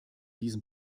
diesem